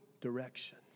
direction